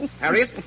Harriet